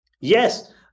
Yes